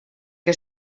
que